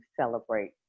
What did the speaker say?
celebrate